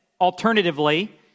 alternatively